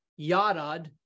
yadad